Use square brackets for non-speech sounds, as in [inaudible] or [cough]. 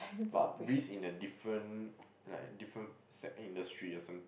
about risk in the different [noise] like different sector industry or some